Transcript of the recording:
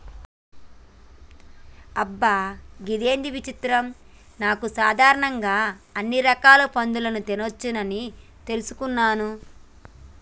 అబ్బ గిదేంది విచిత్రం నాను సాధారణంగా అన్ని రకాల పందులని తినవచ్చని తెలుసుకున్నాను